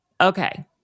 Okay